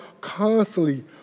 constantly